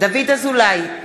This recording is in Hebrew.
דוד אזולאי,